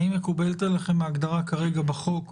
האם מקובלת עליכם ההגדרה כרגע בחוק?